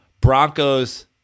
Broncos